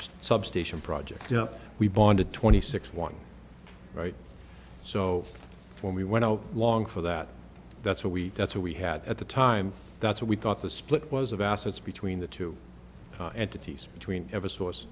substation project we bonded twenty six one right so when we went along for that that's a week that's what we had at the time that's what we thought the split was of assets between the two entities between every source